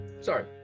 Sorry